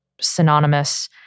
synonymous